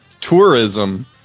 tourism